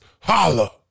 holla